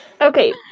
okay